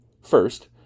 First